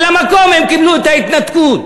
על המקום הם קיבלו את ההתנתקות.